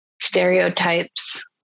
stereotypes